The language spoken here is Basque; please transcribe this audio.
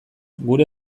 gure